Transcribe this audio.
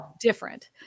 different